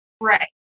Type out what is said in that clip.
Right